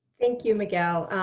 thank you, miguel.